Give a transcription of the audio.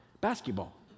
Basketball